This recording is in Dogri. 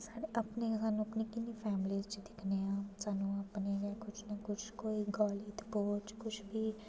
अपनी स्हान्नूं अपनी फैमिली च दिक्खने आं स्हान्नूं किश ना किश अपनी फैमिली च गाली गलोच किश बी